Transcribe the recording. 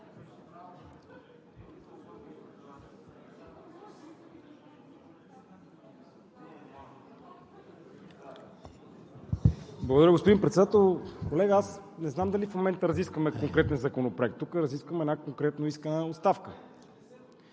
Благодаря, господин Председател. Колега, не знам дали в момента разискваме конкретен законопроект, тук разискваме една конкретно искана оставка.